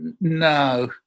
No